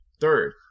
Third